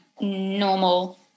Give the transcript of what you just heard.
normal